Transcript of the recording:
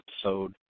episode